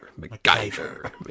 MacGyver